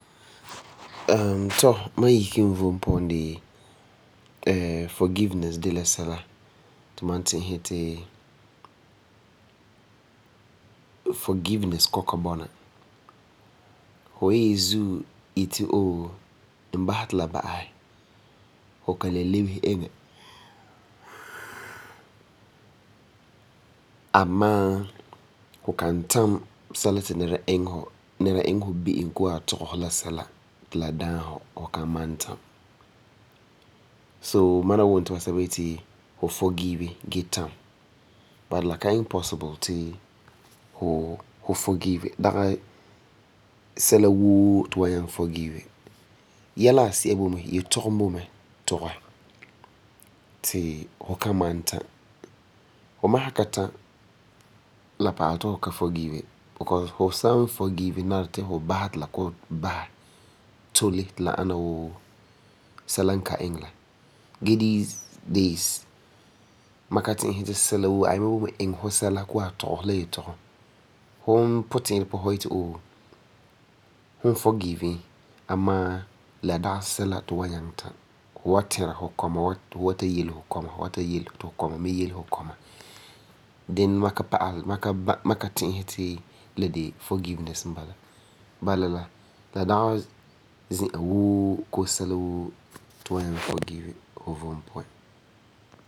tɔ, ma isege n vom puan dee, forgiveness de la sɛla ti ma ti'isɛ ti forgiveness kɔ'ɔm ka bɔna. Fu wa yezu yeti ohh n basɛ ti la ba'asɛ amaa fu kan tam sɛla ti nɛra iŋɛ fu, koo a tɔgɛ fu la sɛla ti la daam fɔ. Bala, la ka iŋɛ possible to fu forgive, dagi sɛla woo ti fu wa nyaŋɛ forgive. Yɛla asi'a boi mɛ, yetɔgum boi mɛ tɔgɛ ti fu kan malam tam, fu mi sa ka tam la pa'alɛ ti fu ka forgive. Fum puti'irɛ puan, fu wa yeti ooh fum forgive e amaa la dagi sɛla ti fu wa nyaŋɛ tam. Bala, la dagi zi'an woo koo sɛla woo ti fu wa nyaŋɛ forgive fu vom puan.